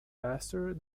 faster